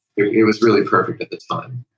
it was really perfect at the time.